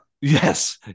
Yes